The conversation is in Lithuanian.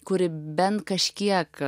kuri bent kažkiek